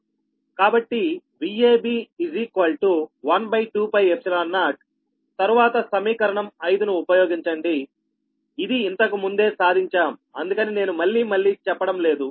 కాబట్టి Vab 12π0తరువాత సమీకరణం 5 ను ఉపయోగించండి ఇది ఇంతకు ముందే సాధించాం అందుకని నేను మళ్లీ మళ్లీ చెప్పడం లేదు